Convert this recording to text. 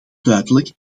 duidelijk